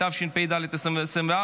התשפ"ד 2024,